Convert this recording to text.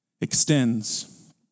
extends